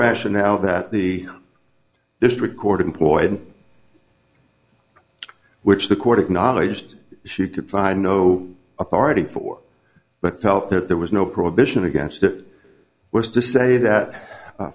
rationale that the district court employed which the court acknowledged she could find no authority for but felt that there was no prohibition against it was to say that